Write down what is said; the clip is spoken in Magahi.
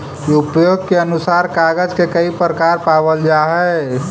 उपयोग के अनुसार कागज के कई प्रकार पावल जा हई